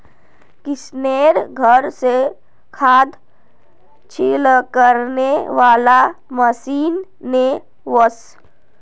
किशनेर घर स खाद छिड़कने वाला मशीन ने वोस